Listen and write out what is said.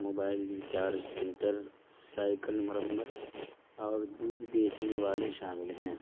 mobile recharge centre cycle مرمت اور دودھ بیچنے والے شامل ہیں